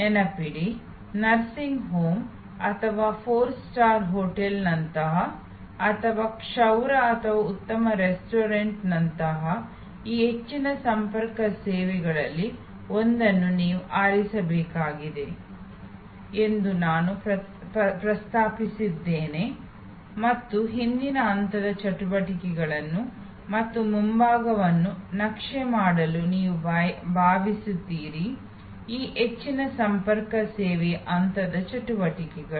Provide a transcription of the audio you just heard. ನೆನಪಿಡಿ nursing home ಅಥವಾ four star hotel ನಂತಹ ಅಥವಾ ಕ್ಷೌರ ಅಥವಾ ಉತ್ತಮ ರೆಸ್ಟೋರೆಂಟ್ ನಂತಹ ಈ ಹೆಚ್ಚಿನ ಸಂಪರ್ಕ ಸೇವೆಗಳಲ್ಲಿ ಒಂದನ್ನು ನೀವು ಆರಿಸಬೇಕಾಗುತ್ತದೆ ಎಂದು ನಾನು ಪ್ರಸ್ತಾಪಿಸಿದ್ದೇನೆ ಮತ್ತು ಹಿಂದಿನ ಹಂತದ ಚಟುವಟಿಕೆಗಳನ್ನು ಮತ್ತು ಮುಂಭಾಗವನ್ನು ನಕ್ಷೆ ಮಾಡಲು ನೀವು ಭಾವಿಸುತ್ತೀರಿ ಈ ಹೆಚ್ಚಿನ ಸಂಪರ್ಕ ಸೇವೆಯ ಹಂತದ ಚಟುವಟಿಕೆಗಳು